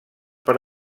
per